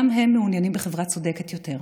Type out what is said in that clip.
גם הם מעוניינים בחברה צודקת יותר.